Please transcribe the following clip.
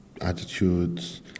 attitudes